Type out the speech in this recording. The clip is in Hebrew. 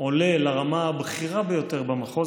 עולה לרמה הבכירה ביותר במחוז,